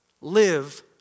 live